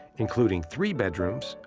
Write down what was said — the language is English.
including three bedrooms,